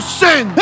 sin